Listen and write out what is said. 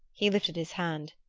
he lifted his hand.